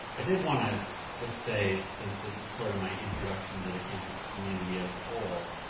i did wanna just say since this is sorta my introduction to the campus community as a whole,